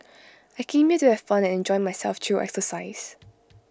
I came here to have fun and enjoy myself through exercise